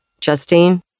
Justine